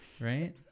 right